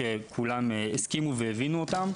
כולם הסכימו והבינו אותם,